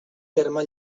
terme